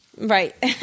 right